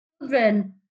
children